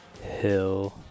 Hill